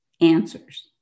answers